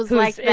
like, the yeah